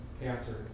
cancer